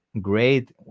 great